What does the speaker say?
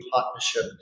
partnership